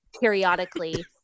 periodically